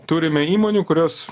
turime įmonių kurios